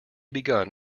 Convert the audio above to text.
begun